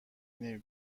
نمی